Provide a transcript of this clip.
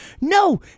no